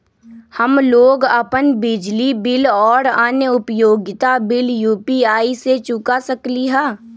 हम लोग अपन बिजली बिल और अन्य उपयोगिता बिल यू.पी.आई से चुका सकिली ह